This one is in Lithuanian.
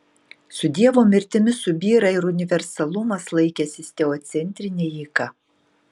su dievo mirtimi subyra ir universalumas laikęsis teocentrine jėga